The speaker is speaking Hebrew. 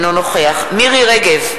אינו נוכח מירי רגב,